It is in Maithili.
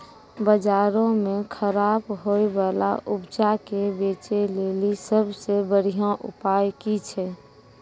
बजारो मे खराब होय बाला उपजा के बेचै लेली सभ से बढिया उपाय कि छै?